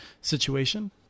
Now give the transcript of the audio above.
situation